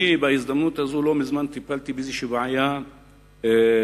בהזדמנות הזאת, לא מזמן טיפלתי בבעיה בנגב,